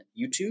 YouTube